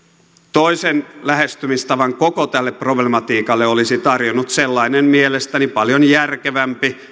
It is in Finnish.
toisen lähestymistavan koko tälle problematiikalle olisi tarjonnut sellainen mielestäni paljon järkevämpi